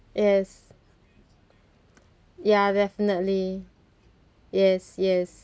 yes ya definitely yes yes